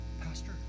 Pastor